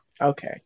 Okay